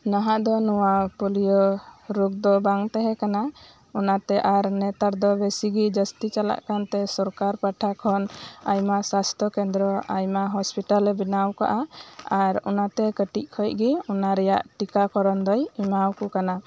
ᱱᱟᱦᱟᱜ ᱫᱚ ᱱᱚᱣᱟ ᱯᱳᱞᱤᱭᱳ ᱨᱳᱜᱽ ᱫᱚ ᱵᱟᱝ ᱛᱟᱦᱮᱸ ᱠᱟᱱᱟ ᱚᱱᱟ ᱛᱮ ᱟᱨ ᱱᱮᱛᱟᱨ ᱫᱚ ᱟᱨ ᱵᱮᱥᱤ ᱜᱮ ᱡᱟ ᱥᱛᱤ ᱪᱟᱞᱟᱜ ᱠᱟᱱ ᱛᱮ ᱥᱚᱨᱠᱟᱨ ᱯᱟᱦᱴᱟ ᱠᱷᱚᱱ ᱟᱭᱢᱟ ᱥᱟᱥᱛᱚ ᱠᱮᱱᱫᱽᱨᱚ ᱟᱭᱢᱟ ᱦᱚᱥᱯᱤᱴᱟᱞᱮ ᱵᱮᱱᱟᱣ ᱟᱠᱟᱫᱼᱟ ᱟᱨ ᱚᱱᱟ ᱛᱮ ᱠᱟᱹᱴᱤᱡ ᱠᱷᱚᱡ ᱜᱮ ᱚᱱᱟ ᱨᱮᱭᱟᱜ ᱴᱤᱠᱟ ᱠᱚᱨᱚᱱ ᱫᱚᱭ ᱮᱢᱟᱣᱟᱠᱚ ᱠᱟᱱᱟ